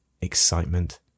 excitement